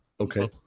Okay